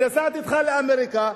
ונסעתי אתך לאמריקה,